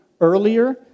earlier